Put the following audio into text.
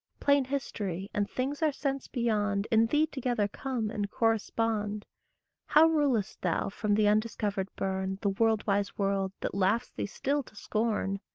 plain history, and things our sense beyond, in thee together come and correspond how rulest thou from the undiscovered bourne the world-wise world that laughs thee still to scorn?